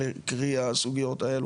קרי הסוגיות האלו.